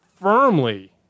firmly